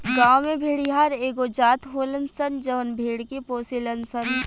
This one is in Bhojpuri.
गांव में भेड़िहार एगो जात होलन सन जवन भेड़ के पोसेलन सन